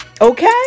Okay